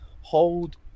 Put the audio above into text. hold